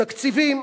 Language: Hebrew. בתקציבים.